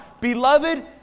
Beloved